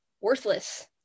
worthless